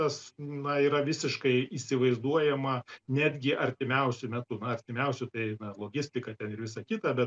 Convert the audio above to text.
tas na yra visiškai įsivaizduojama netgi artimiausiu metu na artimiausiu tai na logistika ten ir visa kita bet